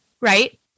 right